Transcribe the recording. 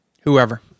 Whoever